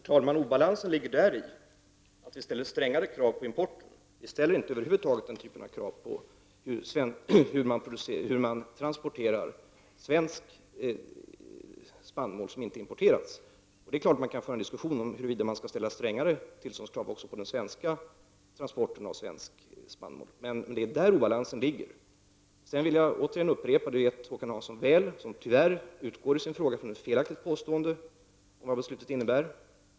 Herr talman! Obalansen ligger däri att vi ställer strängare krav på importen. Vi ställer över huvud taget inga krav på transporterna av svensk icke importerad spannmål. Det är klart att man kan föra en diskussion om huruvida man skall ställa strängare tillståndskrav också på transporter av svensk spannmål, men det är där obalansen ligger. Jag vill upprepa att Håkan Hansson i sin fråga tyvärr utgår från ett felaktigt påstående om vad det fattade beslutet innebär.